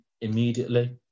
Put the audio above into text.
immediately